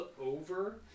over